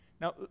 Now